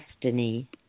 destiny